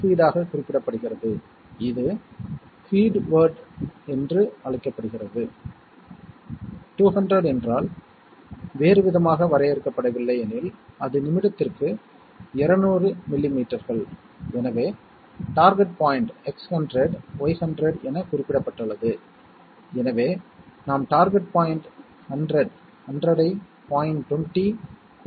A மற்றும் B கூட்டப்படுகின்றன என்று வைத்துக்கொள்வோம் நீங்கள் நீல அட்டவணையைப் பார்க்கிறீர்கள் என்றால் 1 1 இன் முடிவுகள் 10 அதாவது அடிப்படையில் 2 என்று அர்த்தம் எனவே நான் ஒரு கேரி நெடுவரிசையையும் சம் நெடுவரிசையையும் எழுதியுள்ளேன் எனவே 1 1 என்பது 10 1 0 என்பது 01 0 மற்றும் 1 என்பது 01 மற்றும் 0 0 என்பது சம் 0 கேரி 0 ஆகும்